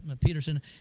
Peterson